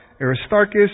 Aristarchus